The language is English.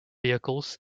vehicles